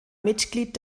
mitglied